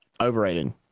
Overrated